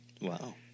Wow